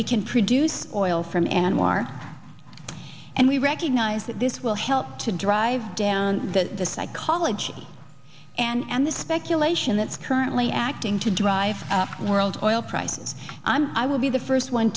we can produce oil from anwar and we recognize that this will help to drive down the psychology and the speculation that's currently acting to drive world oil prices and i will be the first one